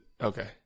okay